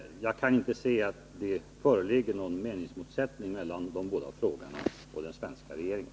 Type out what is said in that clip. Jag kan inte se att det föreligger någon meningsmotsättning mellan de båda frågeställarna och den svenska regeringen.